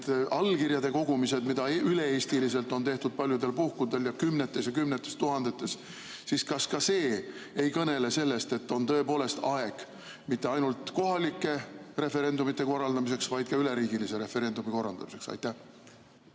allkirjade kogumised, mida üle Eesti on tehtud paljudel puhkudel ja kümnetes ja kümnetes tuhandetes, siis kas ka need ei kõnele sellest, et on tõepoolest aeg mitte ainult kohalike referendumite korraldamiseks, vaid ka üleriigilise referendumi korraldamiseks? Aitäh,